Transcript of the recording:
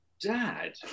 Dad